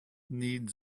needs